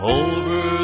over